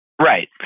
Right